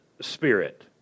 Spirit